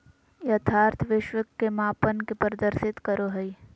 यथार्थ विश्व के मापन के प्रदर्शित करो हइ